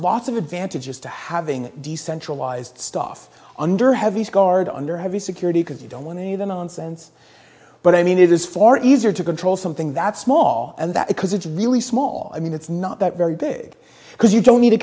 advantages to having decentralized stuff under heavy guard under heavy security because you don't want any of the nonsense but i mean it is far easier to control something that small and that because it's really small i mean it's not that very big because you don't need a